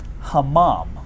hamam